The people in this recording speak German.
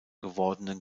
gewordenen